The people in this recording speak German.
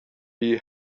wie